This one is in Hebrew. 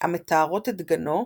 המתארות את גנו,